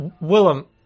Willem